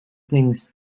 things